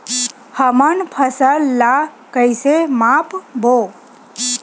हमन फसल ला कइसे माप बो?